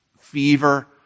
fever